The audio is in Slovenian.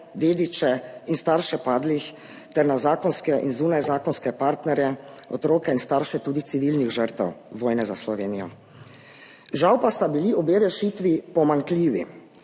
dediče in starše padlih ter na zakonske in zunajzakonske partnerje, otroke in starše tudi civilnih žrtev vojne za Slovenijo. Žal pa sta bili obe rešitvi pomanjkljivi,